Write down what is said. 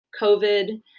covid